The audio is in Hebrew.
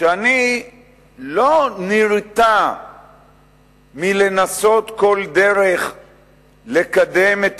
שאני לא נרתע מלנסות כל דרך לקדם את